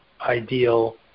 ideal